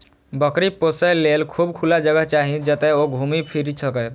बकरी पोसय लेल खूब खुला जगह चाही, जतय ओ घूमि फीरि सकय